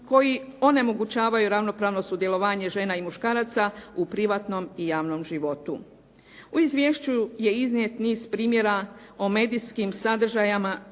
koji onemogućavaju ravnopravno sudjelovanje žena i muškaraca u privatnom i javnom životu. U izvješću je iznijet niz primjera o medijskim sadržajima